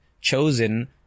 chosen